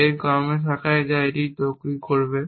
এমন কর্মে রাখা যা এটি তৈরি করবে